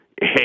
Hey